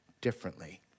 differently